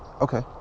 okay